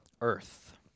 earth